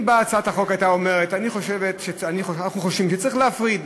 אם הצעת החוק הייתה אומרת: אנחנו חושבים שצריך להפריד,